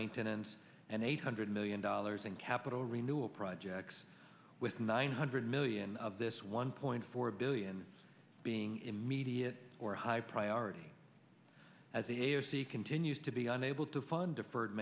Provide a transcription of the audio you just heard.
maintenance and eight hundred million dollars in capital renewal projects with nine hundred million of this one point four billion being immediate or high priority as the s c continues to be unable to fund deferred